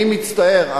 אני מצטער,